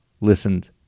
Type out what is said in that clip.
listened